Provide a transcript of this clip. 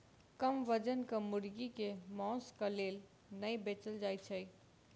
कम वजनक मुर्गी के मौंसक लेल नै बेचल जाइत छै